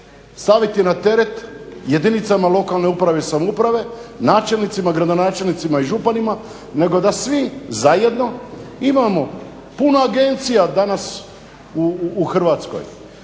staviti na teret jedinicama lokalne uprave i samouprave, načelnicima, gradonačelnicima i županima, nego da svi zajedno imamo puno agencija danas u Hrvatskoj.